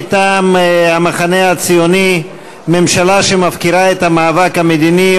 מטעם המחנה הציוני: ממשלה שמפקירה את המאבק המדיני,